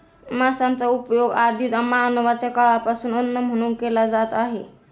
मांसाचा उपयोग आदि मानवाच्या काळापासून अन्न म्हणून केला जात आहे